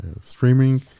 streaming